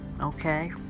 okay